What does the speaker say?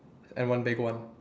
and one big one